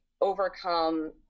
overcome